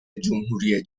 جمهوری